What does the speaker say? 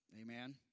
Amen